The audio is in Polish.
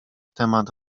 temat